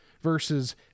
versus